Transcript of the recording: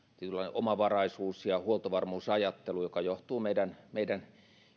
omavaraisuus ja huoltovarmuusajattelu joka johtuu meidän meidän